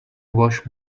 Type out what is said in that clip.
wash